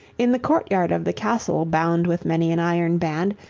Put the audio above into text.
in the court-yard of the castle, bound with many an iron band,